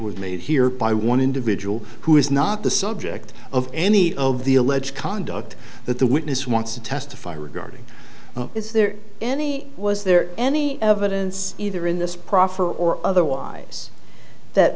were made here by one individual who is not the subject of any of the alleged conduct that the witness wants to testify regarding is there any was there any evidence either in this proffer or otherwise that